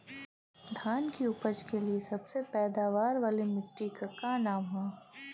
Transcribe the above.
धान की उपज के लिए सबसे पैदावार वाली मिट्टी क का नाम ह?